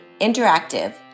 interactive